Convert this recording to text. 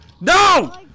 no